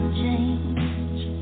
change